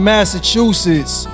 Massachusetts